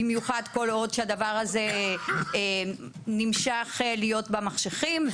במיוחד כל עוד שהדבר הזה ממשיך להיות במחשכים,